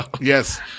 yes